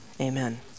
Amen